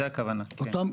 זו הכוונה, כן.